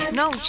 no